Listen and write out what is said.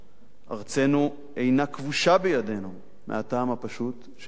ארצנו אינה כבושה בידינו מהטעם הפשוט שהיא ארצנו.